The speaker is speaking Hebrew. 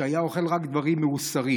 שהיה אוכל רק דברים מעושרים.